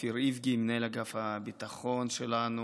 כפיר איבגי מנהל אגף הביטחון שלנו.